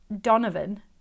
Donovan